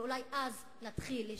ואולי אז נתחיל להשתכנע.